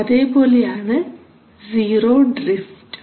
അതേ പോലെയാണ് zero drift